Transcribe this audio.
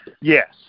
yes